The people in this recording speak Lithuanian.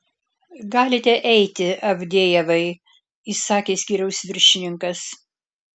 galite eiti avdejevai įsakė skyriaus viršininkas